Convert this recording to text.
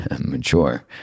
mature